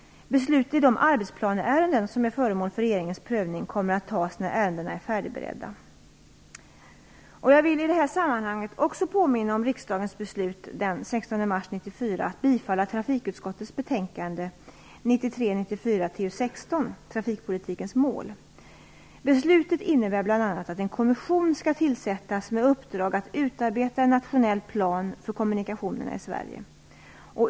Beslut i de arbetsplaneärenden som är föremål för regeringens prövning kommer att fattas när ärendena är färdigberedda. Jag vill i detta sammanhang också påminna om riksdagens beslut den 16 mars 1994 att bifalla trafikutskottets betänkande 1993/94:TU16 Trafikpolitikens mål. Beslutet innebär bl.a. att en kommission skall tillsättas med uppdrag att utarbeta en nationell plan för kommunikationerna i Sverige.